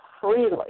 freely